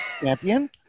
champion